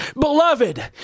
Beloved